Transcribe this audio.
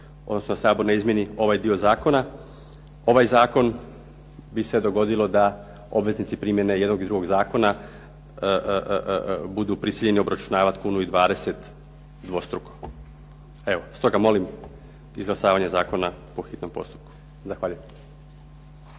odnosno da Sabor ne izmijeni ovaj dio zakona ovaj zakon bi se dogodilo da obveznici primjene jednog i drugog zakona budu prisiljeni obračunavati kunu i 20 dvostruko. Evo, stoga molim izglasavanje zakona po hitnom postupku. Zahvaljujem.